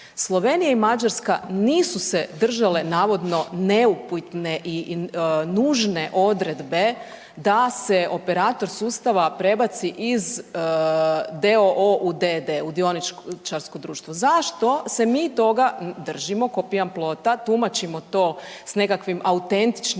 Slovenija i Mađarska nisu se držale navodno neupite i nužne odredbe da se operator sustava prebacio iz d.o.o. u d.d., u dioničarsko društvo. Zašto se mi toga držimo ko pijan plota, tumačimo to s nekakvim autentičnim